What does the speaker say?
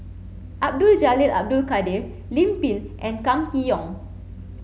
Abdul Jalil Abdul Kadir Lim Pin and Kam Kee Yong